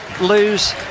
lose